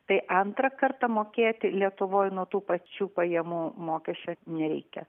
tai antrą kartą mokėti lietuvoj nuo tų pačių pajamų mokesčio nereikia